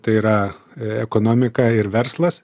tai yra ekonomika ir verslas